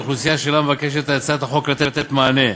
לאוכלוסייה שלה מבקשת הצעת החוק לתת מענה,